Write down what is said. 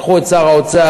לקחו את שר האוצר,